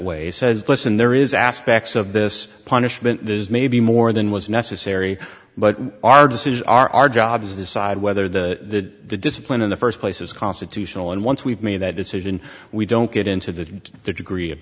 way says listen there is aspects of this punishment that is maybe more than was necessary but our decisions are our job to decide whether the discipline in the first place is constitutional and once we've made that decision we don't get into that degree of